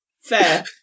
Fair